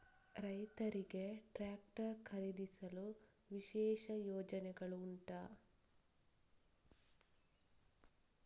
ರೈತರಿಗೆ ಟ್ರಾಕ್ಟರ್ ಖರೀದಿಸಲು ವಿಶೇಷ ಯೋಜನೆಗಳು ಉಂಟಾ?